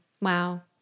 Wow